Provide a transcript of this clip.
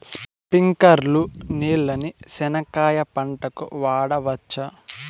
స్ప్రింక్లర్లు నీళ్ళని చెనక్కాయ పంట కు వాడవచ్చా?